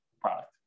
product